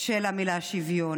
של המילה שוויון,